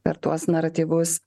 per tuos naratyvus